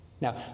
Now